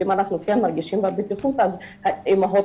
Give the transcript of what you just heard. אם אנחנו כן מרגישים בבטיחות אז האימהות